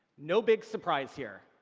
no big surprise here,